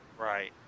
Right